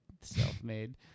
self-made